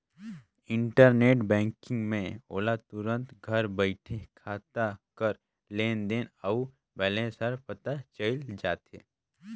internet banking में ओला तुरते घर बइठे खाता कर लेन देन अउ बैलेंस हर पता चइल जाथे